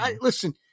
listen